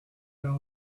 out